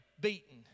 beaten